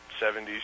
70s